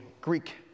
Greek